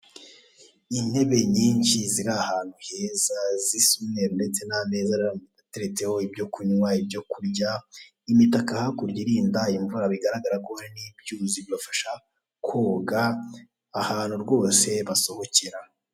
Intebe nyinshi ziri ahantu heza zisa umweru, ndetse n'ameza ateretseho ibyo kunywa, ibyo kurya, imitaka hakurya irinda imvura. Bigaragara ko hari n'ibyuzi bibafasha koga, ahantu rwose basohokera.